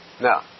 Now